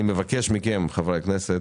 אני מבקש מחברי הכנסת,